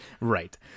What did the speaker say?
Right